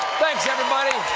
thanks, everybody!